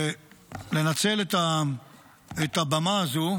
לנצל את הבמה הזו